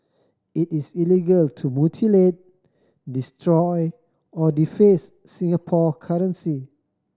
it is illegal to mutilate destroy or deface Singapore currency